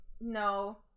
no